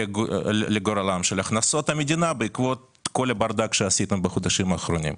לגורלם של הכנסות המדינה בעקבות כל הברדק שעשיתם בחודשים האחרונים,